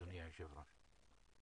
אדוני היושב ראש.